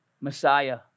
Messiah